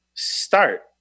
Start